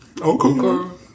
Okay